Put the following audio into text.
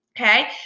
okay